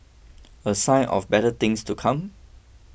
a sign of better things to come